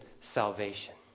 salvation